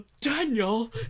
Daniel